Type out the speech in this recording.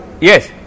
Yes